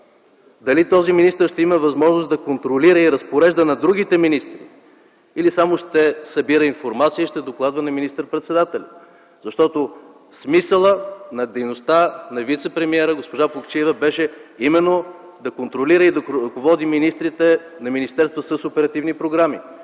Дали този министър ще има възможност да контролира и разпорежда на другите министри или само ще събира информация и ще докладва на министър-председателя? Защото смисълът на дейността на вицепремиера госпожа Плугчиева беше именно да контролира и да ръководи министрите на министерства с оперативни програми